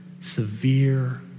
severe